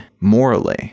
morally